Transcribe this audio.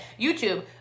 YouTube